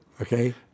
Okay